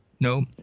no